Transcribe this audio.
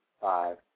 five